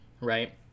right